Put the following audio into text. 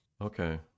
Okay